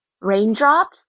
raindrops